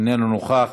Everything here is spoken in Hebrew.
איננו נוכח,